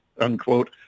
unquote